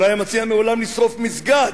הוא לא היה מציע לעולם לשרוף מסגד.